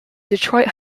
detroit